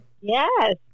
Yes